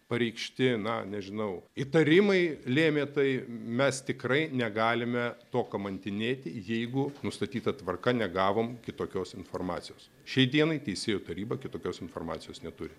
pareikšti na nežinau įtarimai lėmė tai mes tikrai negalime to kamantinėti jeigu nustatyta tvarka negavom kitokios informacijos šiai dienai teisėjų taryba kitokios informacijos neturi